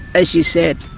as you said,